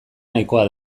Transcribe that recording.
nahikoa